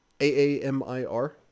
A-A-M-I-R